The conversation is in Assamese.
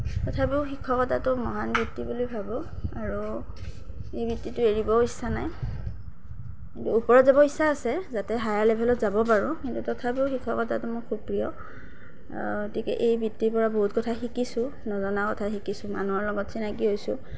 তথাপিও শিক্ষকতাটো মহান বৃত্তি বুলি ভাবোঁ আৰু এই বৃত্তিটো এৰিবও ইচ্ছা নাই ওপৰত যাব ইচ্ছা আছে যাতে হায়াৰ লেভেলত যাব পাৰোঁ কিন্তু তথাপিও শিক্ষকতাটো মোৰ খুবে প্ৰিয় গতিকে এই বৃত্তিৰ পৰা বহুত কথা শিকিছোঁ নজনা কথা শিকিছোঁ মানুহৰ লগত চিনাকি হৈছোঁ